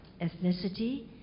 ethnicity